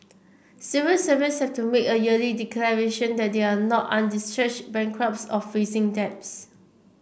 civil servants have to make a yearly declaration that they are not undischarged bankrupts or facing debts